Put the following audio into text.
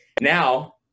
now